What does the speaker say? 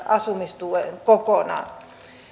asumistuen kokonaan